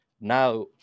now